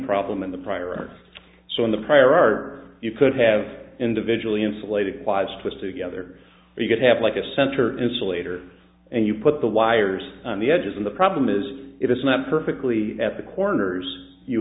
problem in the prior art so in the prior are you could have individually insulated lives twist to gether or you could have like a center insulator and you put the wires on the edges and the problem is if it's not perfectly at the corners you